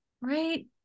Right